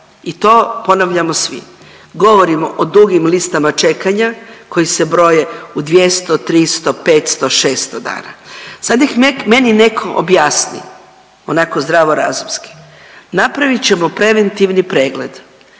i to ponavljamo svi, govorimo o dugim listama čekanja koji se broje u 200, 300, 500, 600 dana, sad nek meni neko objasni onako zdravorazumski, napravit ćemo preventivni pregled